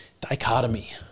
dichotomy